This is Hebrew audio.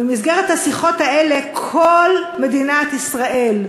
ובמסגרת השיחות האלה כל מדינת ישראל,